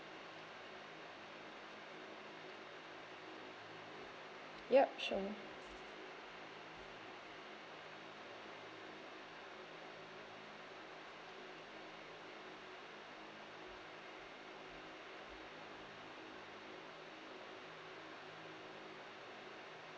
yup sure